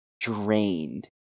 drained